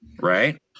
Right